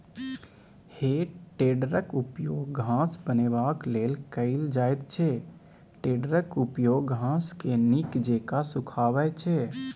हे टेडरक उपयोग घास बनेबाक लेल कएल जाइत छै टेडरक उपयोग घासकेँ नीक जेका सुखायब छै